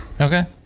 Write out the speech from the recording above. Okay